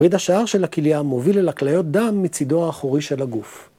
‫ריד השער של הכליה מוביל ‫אל הכליות דם מצידו האחורי של הגוף.